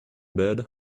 bed